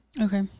okay